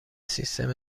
سیستم